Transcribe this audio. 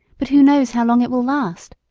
but who knows how long it will last?